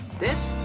this?